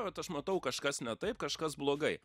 vat aš matau kažkas ne taip kažkas blogai